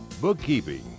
bookkeeping